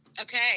okay